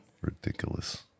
ridiculous